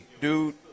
dude